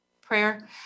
prayer